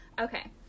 Okay